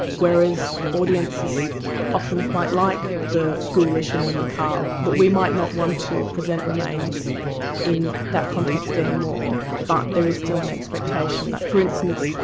whereas audiences often quite like the ghoulish and the macabre, but we might not want to present remains in that context any more, but there is still an expectation that for instance,